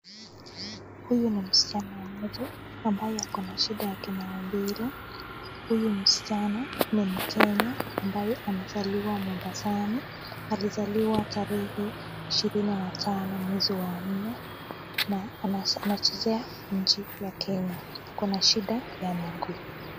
Huyu ni msichana mmoja ambaye ako na shida ya kimaumbile. Huyu msichana ni mkenya ambaye amezaliwa mombasani. Alizaliwa tarehe ishirini na tano mwezi wa nne na anachezea nchi ya Kenya, ako na shida ya miguu.